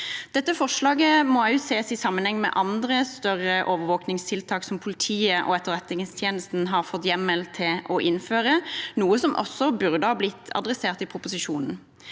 Dette forslaget må også ses i sammenheng med andre større overvåkningstiltak som politiet og Etterretningstjenesten har fått hjemmel til å innføre, noe som også burde ha blitt tatt opp i proposisjonen.